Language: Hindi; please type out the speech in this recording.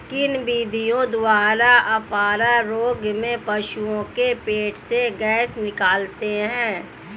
किन विधियों द्वारा अफारा रोग में पशुओं के पेट से गैस निकालते हैं?